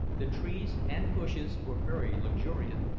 the trees and bushes were very luxuriant,